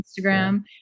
Instagram